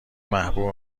محبوب